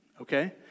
okay